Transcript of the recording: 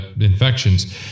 infections